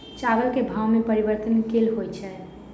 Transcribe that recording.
चावल केँ भाव मे परिवर्तन केल होइ छै?